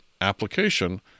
application